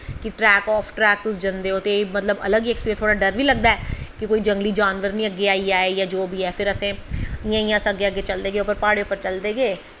कि track off track तुस जंदे ओ ते मतलब अलग ही मतलब थोह्ड़ा डर बी लगदा ऐ कि कोई जंगली जानवर निं अग्गें आई जा जां जो बी ऐ फिर असें इ'यां इ'यां अग्गें अस चलदे गे प्हाड़ें पर अस चलदे गे